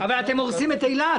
אבל אתם הורסים את אילת.